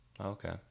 okay